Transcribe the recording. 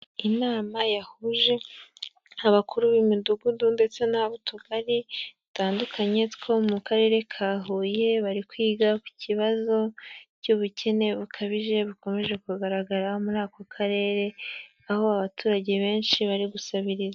Inama yahuje abakuru b'imidugudu ndetse n'ab'utugari dutandukanye two mu karere ka Huye, bari kwiga ku kibazo cy'ubukene bukabije bukomeje kugaragara muri ako karere, aho abaturage benshi bari gusabiriza.